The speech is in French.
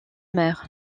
mer